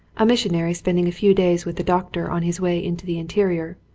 a missionary spending a few days with the doctor on his way into the interior,